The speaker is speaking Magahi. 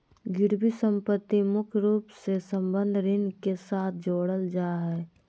गिरबी सम्पत्ति मुख्य रूप से बंधक ऋण के साथ जोडल जा हय